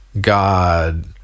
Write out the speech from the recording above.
God